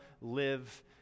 live